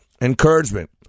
Encouragement